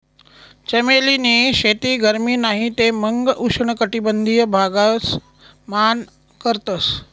चमेली नी शेती गरमी नाही ते मंग उष्ण कटबंधिय भागस मान करतस